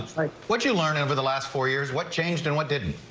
for what you learned over the last four years what changed and what didn't.